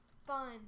Fine